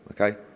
okay